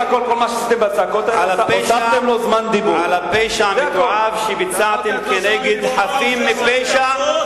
להגיב על הפשע המתועב שביצעתם כנגד חפים מפשע,